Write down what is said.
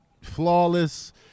flawless